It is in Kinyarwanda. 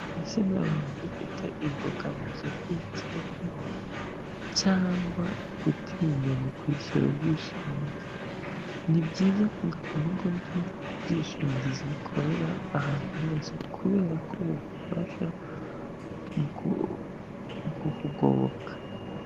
Ese nawe waba ugifite imbogamizi, urwikekwe cyangwa gutinya mu kwishyura ubwishingizi. Ni byiza kugana ibigo by'ubwishingizi bikorera ahantu hose kubera ko bugufasha mu kukugoboka.